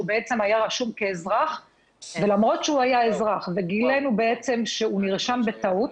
בעצם היה רשום כאזרח ולמרות שהוא היה אזרח וגילינו בעצם שהוא נרשם בטעות.